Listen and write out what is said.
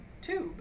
Tube